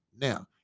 Now